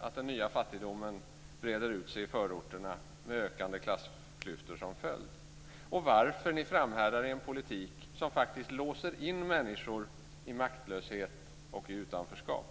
att den nya fattigdomen breder ut sig i förorterna med ökande klassklyftor som följd? Varför framhärdar ni i en politik som faktiskt låser in människor i maktlöshet och i utanförskap?